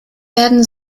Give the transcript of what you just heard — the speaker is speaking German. werden